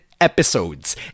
episodes